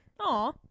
Aw